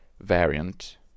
variant